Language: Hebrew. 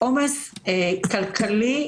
עומס כלכלי,